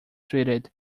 treated